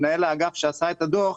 מנהל האגף שעשה את הדוח,